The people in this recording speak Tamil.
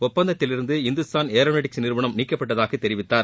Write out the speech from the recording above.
ஒப்பந்தத்திலிருந்து இந்துஸ்தான் ஏரோநாடிக்ஸ் நிறுவனம் நீக்கப்பட்டதாக தெரிவித்தார்